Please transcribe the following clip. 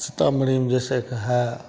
सीतामढ़ी में जैसे एक है